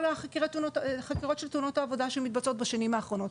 החקירות של תאונות העבודה שמתבצעות בשנים האחרונות.